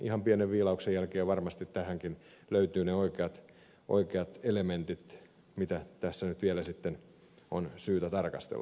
ihan pienen viilauksen jälkeen varmasti tähänkin löytyy ne oikeat elementit mitä tässä nyt vielä sitten on syytä tarkastella